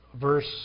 verse